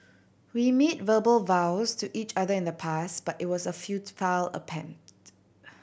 we made verbal vows to each other in the past but it was a attempt